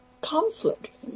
conflict